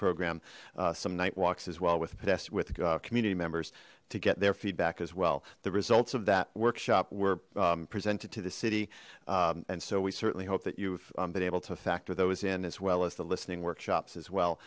program some night walks as well with podesta with community members to get their feedback as well the results of that workshop were presented to the city and so we certainly hope that you've been able to factor those in as well as the listening workshops as